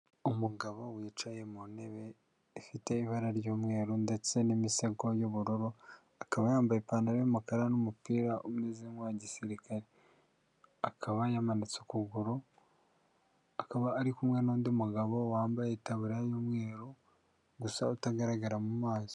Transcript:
Umugabo wicaye mu ntebe ifite ibara ry'umweru ndetse n'imisego y'ubururu, akaba yambaye ipantaro y'umukara n'umupira umeze nk'uwa gisirikare, akaba yamanitse ukuguru akaba ari kumwe n'undi mugabo wambaye itaburiya y'umweru gusa utagaragara mu maso.